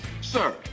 Sir